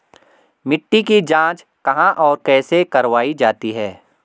मिट्टी की जाँच कहाँ और कैसे करवायी जाती है?